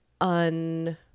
un